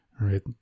right